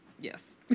yes